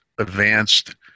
advanced